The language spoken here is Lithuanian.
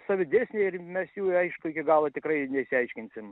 savi dėsniai ir mes jų aišku iki galo tikrai išsiaiškinsim